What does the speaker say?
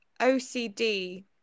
OCD